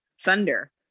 thunder